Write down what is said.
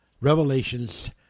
Revelations